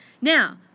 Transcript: Now